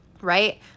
Right